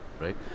right